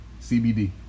cbd